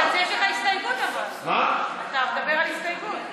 אבל אתה מדבר על הסתייגות.